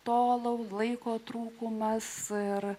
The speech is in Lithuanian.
to laiko trūkumas ir